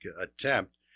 attempt